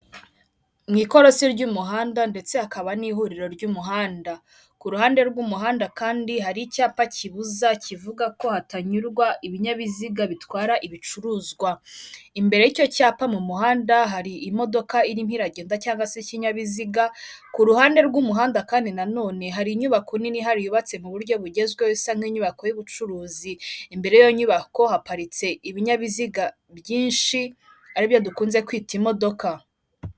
Mu ikorosi ry'umuhanda ndetse hakaba n'ihuriro ry'umuhanda. Ku ruhande rw'umuhanda kandi hari icyapa kibuza kivuga ko hatanyurwa ibinyabiziga bitwara ibicuruzwa. Imbere y'icyo cyapa mu muhanda hari imodoka irimo iragenda cyangwa se ikinyabiziga, ku ruhande rw'umuhanda kandi nanone hari inyubako nini ihari yubatse mu buryo bugezweho isa n'inyubako y'ubucuruzi, imbere y'iyo nyubako haparitse ibinyabiziga byinshi aribyo dukunze kwita imodoka.